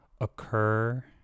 occur